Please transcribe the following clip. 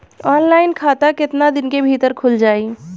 Online खाता केतना दिन के भीतर ख़ुल जाई?